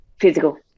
Physical